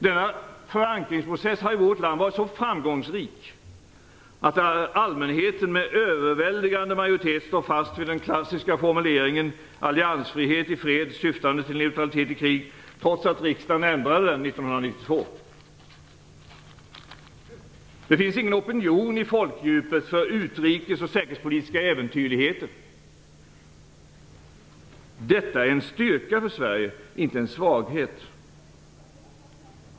Denna förankringsprocess har i vårt land varit så framgångsrik, att allmänheten med överväldigande majoritet står fast vid den klassiska formuleringen trots att riksdagen ändrade den 1992. Det finns ingen opinion i folkdjupet för utrikes och säkerhetspolitiska äventyrligheter. Det är en styrka för Sverige, inte en svaghet.